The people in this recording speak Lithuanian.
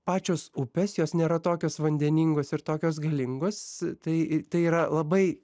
pačios upės jos nėra tokios vandeningos ir tokios galingos tai yra labai